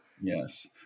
Yes